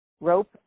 rope